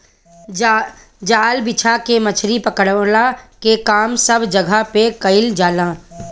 जाल बिछा के मछरी पकड़ला के काम सब जगह पे कईल जाला